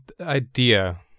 idea